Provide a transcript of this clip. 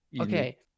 Okay